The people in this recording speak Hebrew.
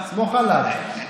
סמוך עליו.